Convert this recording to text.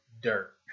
dirt